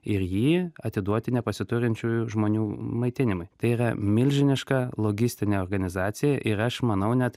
ir jį atiduoti nepasiturinčiųjų žmonių maitinimui tai yra milžiniška logistinė organizacija ir aš manau net